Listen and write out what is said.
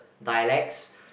dialects